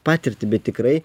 patirtį bet tikrai